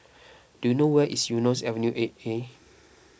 do you know where is Eunos Avenue eight A